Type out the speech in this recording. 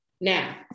Now